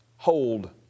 hold